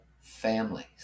families